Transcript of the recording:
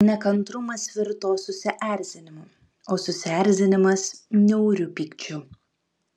nekantrumas virto susierzinimu o susierzinimas niauriu pykčiu